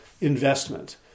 investment